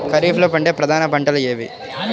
ఖరీఫ్లో పండే ప్రధాన పంటలు ఏవి?